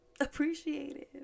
appreciated